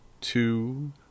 two